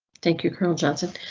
thank you colonel johnson.